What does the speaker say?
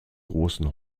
großen